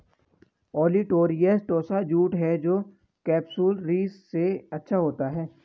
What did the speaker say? olitorius tossa jute है जो capsularis से अच्छा होता है